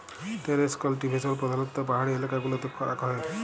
terrace cultivation প্রধালত্ব পাহাড়ি এলাকা গুলতে ক্যরাক হ্যয়